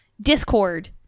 Discord